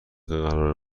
قرار